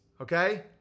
okay